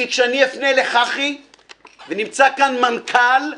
כי כשאני אפנה לחברת החשמל - ונמצא כאן מנכ"ל,